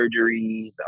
surgeries